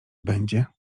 będzie